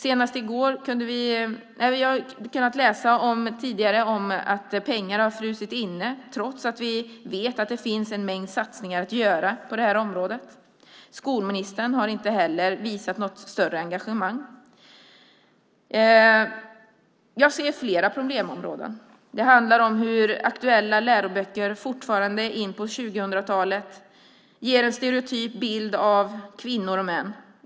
Vi har tidigare kunnat läsa om pengar som frusit inne trots att vi vet att det finns en mängd satsningar att göra på det här området. Skolministern har inte heller visat något större engagemang. Jag ser flera problemområden. Det handlar om hur aktuella läroböcker fortfarande in på 2000-talet ger en stereotyp bild av kvinnor och män.